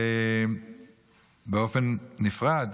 באופן נפרד